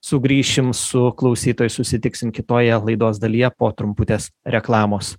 sugrįšim su klausytojais susitiksim kitoje laidos dalyje po trumputės reklamos